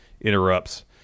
interrupts